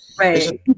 Right